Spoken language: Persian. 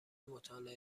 مطالعه